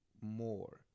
more